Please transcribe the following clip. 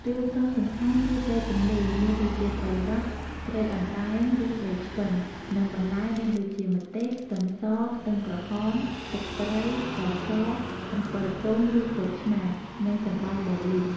គ្រឿងផ្សំសំខាន់គឺ ត្រីទន្លេ មានដូចជាត្រីរ៉ស់ ត្រីអណ្ដែង ឬត្រីឆ្ពិន និងបន្លែមានដូចជា ម្ទេស ខ្ទឹមស ខ្ទឹមក្រហម ទឹកត្រី ស្ករស អំពិលទុំឬក្រូចឆ្មារ និងសណ្ដែកដីលីង។